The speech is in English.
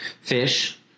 fish